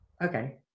Okay